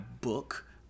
book